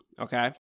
okay